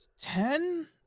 Ten